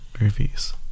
movies